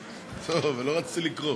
טוב, לא רציתי לקרוא.